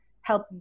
help